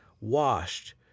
washed